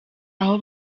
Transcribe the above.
aho